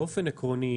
באופן עקרוני,